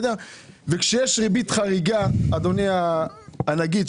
אדוני הנגיד,